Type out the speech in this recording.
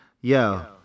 yo